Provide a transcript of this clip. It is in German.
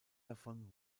davon